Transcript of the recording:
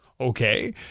Okay